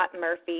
Murphy